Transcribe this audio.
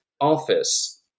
office